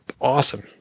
awesome